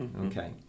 Okay